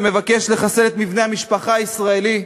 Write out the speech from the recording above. המבקש לחסל את מבנה המשפחה הישראלי,